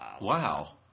Wow